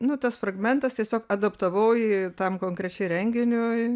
nu tas fragmentas tiesiog adaptavau jį tam konkrečiai renginiui